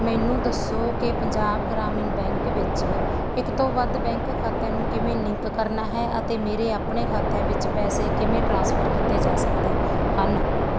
ਮੈਨੂੰ ਦੱਸੋ ਕਿ ਪੰਜਾਬ ਗ੍ਰਾਮੀਣ ਬੈਂਕ ਵਿੱਚ ਇੱਕ ਤੋਂ ਵੱਧ ਬੈਂਕ ਖਾਤਿਆਂ ਨੂੰ ਕਿਵੇਂ ਲਿੰਕ ਕਰਨਾ ਹੈ ਅਤੇ ਮੇਰੇ ਆਪਣੇ ਖਾਤਿਆਂ ਵਿੱਚ ਪੈਸੇ ਕਿਵੇਂ ਟ੍ਰਾਂਸਫਰ ਕੀਤੇ ਜਾ ਸਕਦੇ ਹਨ